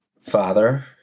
Father